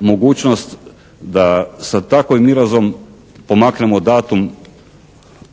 mogućnost da sa takvim mirazom pomaknemo datum